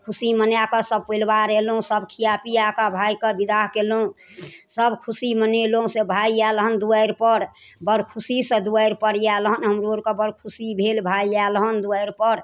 खुशी मनाकऽ सब परिवार एलहुँ सब खियाइ पियाइ कऽ भायके विदाह कलहुँ सब खुशी मनेलहुँ से भाय आयल हन दुआरिपर बड़ खुशीसँ दुआरिपर आयल हन हमरो आओरके बड़ खुशी भेल भाय आयल हन दुआरिपर